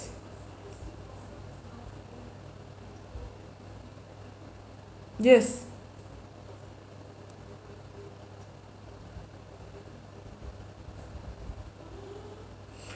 yes